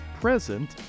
present